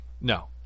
No